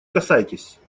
касайтесь